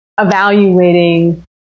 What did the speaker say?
evaluating